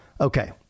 Okay